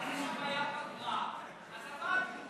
מיכל, עד עכשיו הייתה פגרה, אז עבדנו.